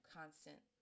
constant